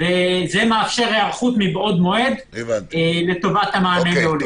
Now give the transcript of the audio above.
וזה מאפשר היערכות מבעוד מועד לטובת המענה לעולים.